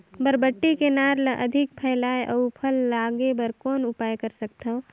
बरबट्टी के नार ल अधिक फैलाय अउ फल लागे बर कौन उपाय कर सकथव?